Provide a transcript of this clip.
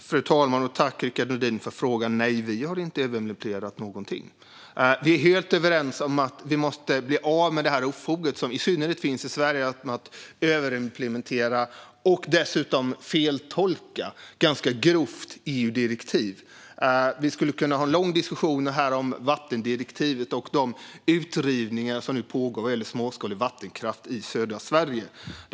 Fru talman! Jag tackar Rickard Nordin för frågan. Nej, vi har inte överimplementerat någonting. Vi är helt överens om att vi måste bli av med det ofog som i synnerhet finns i Sverige, nämligen att överimplementera - och dessutom ganska grovt feltolka - EU-direktiv. Vi skulle kunna ha en lång diskussion här om vattendirektivet och de utrivningar som nu pågår när det gäller småskalig vattenkraft i södra Sverige.